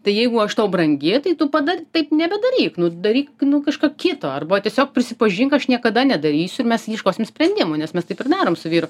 tai jeigu aš tau brangi tai tu padar taip nebedaryk nu daryk nu kažką kito arba tiesiog prisipažink aš niekada nedarysiu ir mes ieškosim sprendimų nes mes taip ir darom su vyru